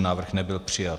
Návrh nebyl přijat.